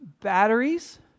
Batteries